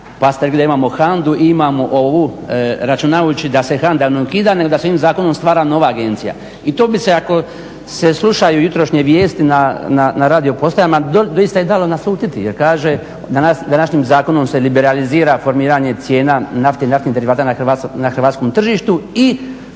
da imamo HANDA-u i imamo ovu računajući da se HANDA ne ukida, nego da se ovim zakonom stvara nova agencija. I to bi se ako se slušaju jutrošnje vijesti na radio postajama doista i dalo naslutiti, jer kaže današnjim zakonom se liberalizira formiranje cijena nafte i naftnih derivata na hrvatskom tržištu i